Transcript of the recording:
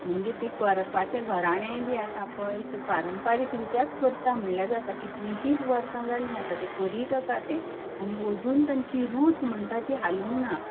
म्हणजे तें करपाचें घराणें बी आसा पळय तीं पारंपारीक रित्याच करता म्हळ्यार जाता कितलीशींच वर्सां जालीं आतां ते करीत आसात तें आनी अजून तांची रूच म्हणटात ती हालूंक ना